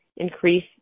increase